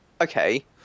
Okay